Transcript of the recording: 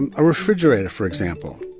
and a refrigerator for example,